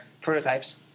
prototypes